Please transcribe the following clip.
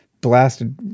blasted